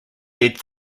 dead